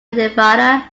nevada